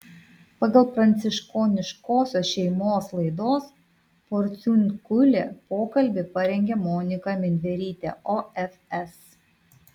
pagal pranciškoniškosios šeimos laidos porciunkulė pokalbį parengė monika midverytė ofs